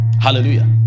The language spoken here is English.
Hallelujah